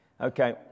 Okay